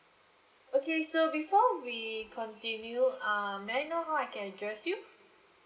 okay so before we continue uh may I know how I can address you